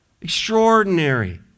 extraordinary